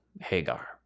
Hagar